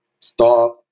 stop